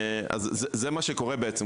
זה מה שקורה בעצם.